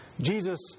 Jesus